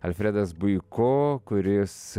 alfredas buiko kuris